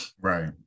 right